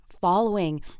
following